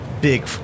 big